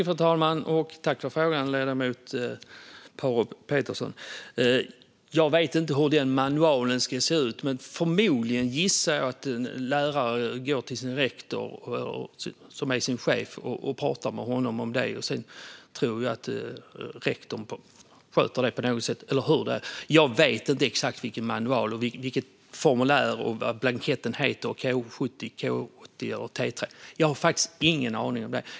Fru talman! Tack för frågan, ledamoten Paarup-Petersen! Jag vet inte hur den manualen skulle se ut, men jag gissar att en lärare förmodligen skulle gå till sin rektor och chef och prata med honom om det. Sedan tror jag att rektorn skulle sköta det på något sätt. Jag vet inte exakt vilken manual eller vilket formulär det är eller om blanketten heter K70, K80 eller T3. Jag har faktiskt ingen aning om det.